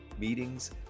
meetings